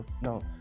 no